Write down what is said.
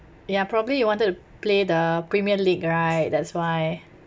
ya probably you wanted to play the premier league right that's why